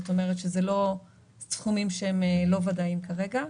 זאת אומרת שזה לא סכומים שהם לא ודאיים כרגע,